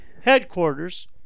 headquarters